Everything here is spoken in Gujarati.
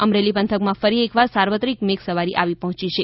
અમરેલી પંથકમા ફરી એકવાર સાર્વત્રિક મેઘસવારી આવી પહોંચી છે